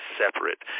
separate